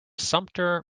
sumpter